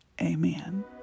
amen